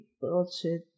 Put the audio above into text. bullshit